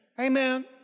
Amen